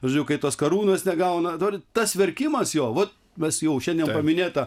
žodžiu kai tos karūnos negauna dabar tas verkimas jo vat mes jau šinadien nepaminėtą